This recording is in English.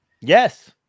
yes